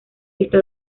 está